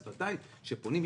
אז בוודאי שפונים.